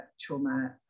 trauma